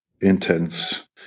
intense